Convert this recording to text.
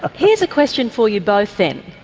here's a question for you both then,